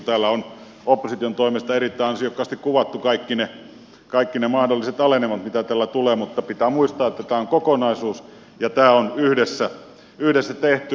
täällä on opposition toimesta erittäin ansiokkaasti kuvattu kaikki ne mahdolliset alenemat mitä täällä tulee mutta pitää muistaa että tämä on kokonaisuus ja tämä on yhdessä tehty